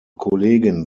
kollegin